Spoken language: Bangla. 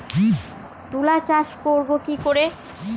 তুলা চাষ করব কি করে?